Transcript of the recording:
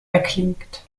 erklingt